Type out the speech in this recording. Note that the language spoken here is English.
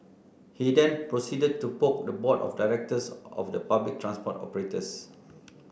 he then proceeded to poke the board of directors of the public transport operators